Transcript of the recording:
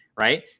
right